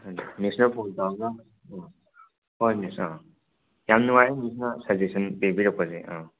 ꯑꯗꯨ ꯃꯤꯁꯅ ꯐꯣꯟ ꯇꯧꯔꯒ ꯎꯝ ꯍꯣꯏ ꯃꯤꯁ ꯑ ꯌꯥꯝ ꯅꯨꯡꯉꯥꯏꯔꯦ ꯃꯤꯁꯅ ꯁꯖꯦꯁꯟ ꯄꯤꯕꯤꯔꯛꯄꯁꯦ ꯎꯝ